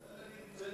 מג'לי